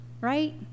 right